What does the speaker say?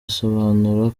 asobanura